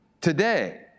today